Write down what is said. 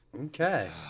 okay